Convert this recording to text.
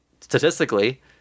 statistically